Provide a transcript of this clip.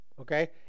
Okay